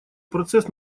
процесс